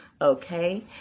okay